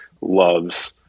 loves